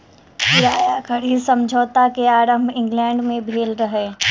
किराया खरीद समझौता के आरम्भ इंग्लैंड में भेल रहे